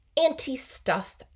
anti-stuff